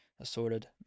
assorted